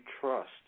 trust